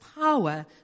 power